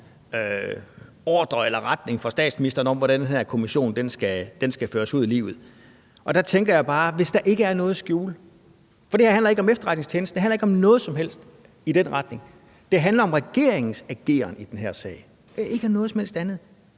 ordre eller retning fra statsministeren om, hvordan den her kommission skal føres ud i livet. Og det handler ikke om efterretningstjenester; det handler ikke om noget som helst i den retning; det handler om regeringens ageren i det her og ikke noget som helst andet,